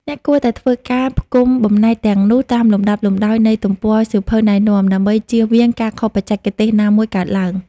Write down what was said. អ្នកគួរតែធ្វើការផ្គុំបំណែកទាំងនោះតាមលំដាប់លំដោយនៃទំព័រសៀវភៅណែនាំ ដើម្បីជៀសវាងការខុសបច្ចេកទេសណាមួយកើតឡើង។